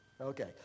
Okay